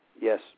Yes